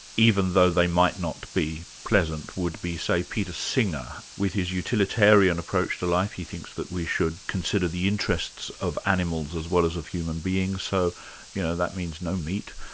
even though they might not be pleasant, would be, say, peter singer, with his utilitarian approach to life. he thinks that we should consider the interests of animals as well as of human beings, so you know that means no meat,